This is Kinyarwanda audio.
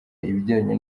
ibijyanye